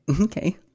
Okay